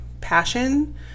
passion